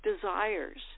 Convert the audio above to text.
desires